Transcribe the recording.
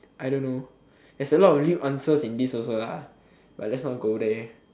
I don't know there's a lot of lewd answers in this also lah but let's not go there